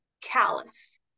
callous